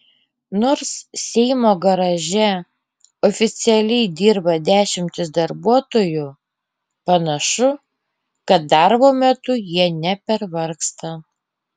nors seimo garaže oficialiai dirba dešimtys darbuotojų panašu kad darbo metu jie nepervargsta